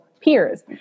peers